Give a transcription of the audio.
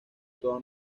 toda